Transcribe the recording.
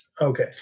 Okay